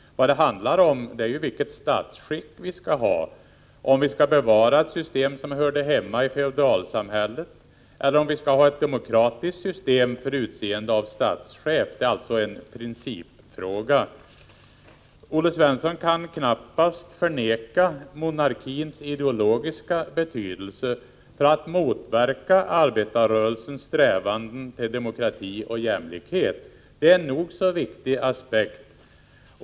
Den handlar om vilket statsskick vi skall ha, om vi skall bevara ett system som hörde hemma i feodalsamhället eller om vi skall ha ett demokratiskt system för utseende av statschef. Det är alltså en principfråga. Olle Svensson kan knappast förneka monarkins ideologiska betydelse för att motverka arbetarrörelsens strävan för demokrati och jämlikhet. Det är en nog så viktig aspekt.